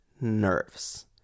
nerves